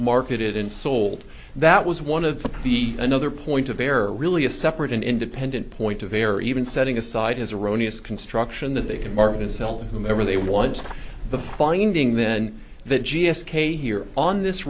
marketed and sold that was one of the another point of error really a separate and independent point of a or even setting aside is erroneous construction that they can market and sell to whomever they want the finding then the g s k here on this